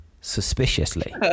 Suspiciously